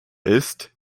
ist